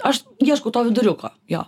aš ieškau to viduriuko jo